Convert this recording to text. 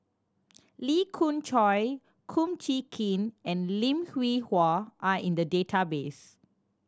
Lee Khoon Choy Kum Chee Kin and Lim Hwee Hua are in the database